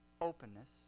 openness